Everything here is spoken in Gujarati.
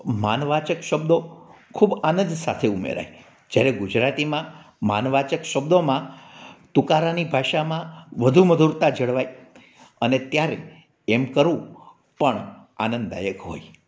માનવાચક શબ્દો ખૂબ આનંદ સાથે ઉમેરાય જ્યારે ગુજરાતીમાં માનવાચક શબ્દોમાં તુકારાની ભાષામાં વધુ મધુરતા જળવાય અને ત્યારે એમ કરું પણ આનંદદાયક હોય